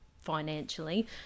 financially